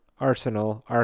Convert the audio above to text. Arsenal